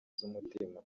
z’umutima